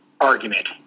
argument